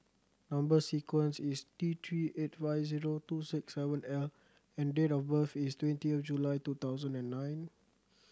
number sequence is T Three eight five zero two six seven L and date of birth is twenty of July two thousand and nine